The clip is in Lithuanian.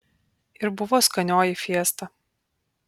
ir buvo skanioji fiesta